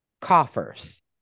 coffers